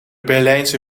berlijnse